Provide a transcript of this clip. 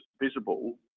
visible